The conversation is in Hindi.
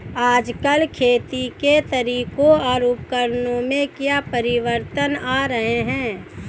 आजकल खेती के तरीकों और उपकरणों में क्या परिवर्तन आ रहें हैं?